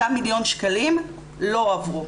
אותם מיליון שקלים לא הועברו.